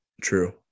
True